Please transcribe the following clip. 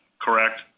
correct